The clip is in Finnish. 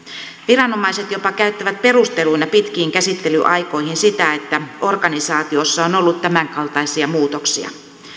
viranomaiset jopa käyttävät perusteluina pitkiin käsittelyaikoihin sitä että organisaatiossa on ollut tämänkaltaisia muutoksia